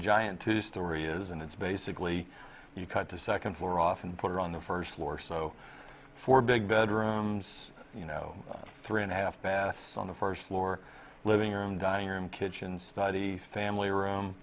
giant two story is and it's basically you cut the second floor off and put it on the first floor so four big bedrooms you know three and a half bath on the first floor living room dining room kitchen study family room